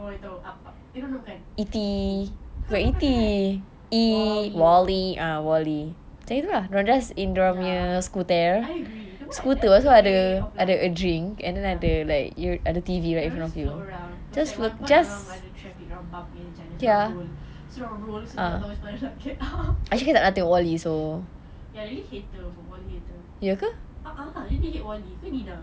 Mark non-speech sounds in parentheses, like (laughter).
oh I tahu up up eh bukan E_T bukan bukan bukan wall E wall E ya I agree that's the way of life agree ya terus look around lepas tu got one part dia orang track each other so (noise) ya really hater for wall E hater ah ah kan dia hate wall E